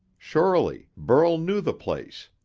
surely, burl knew the place.